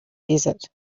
desert